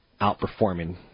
outperforming